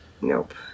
Nope